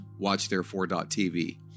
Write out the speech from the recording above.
watchtherefore.tv